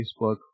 Facebook